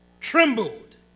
Trembled